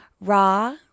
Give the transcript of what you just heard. Raw